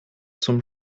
zum